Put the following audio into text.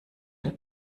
will